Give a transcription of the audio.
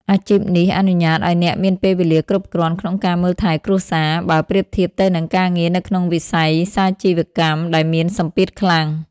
អាជីពនេះអនុញ្ញាតឱ្យអ្នកមានពេលវេលាគ្រប់គ្រាន់ក្នុងការមើលថែគ្រួសារ បើប្រៀបធៀបទៅនឹងការងារនៅក្នុងវិស័យសាជីវកម្មដែលមានសម្ពាធខ្លាំង។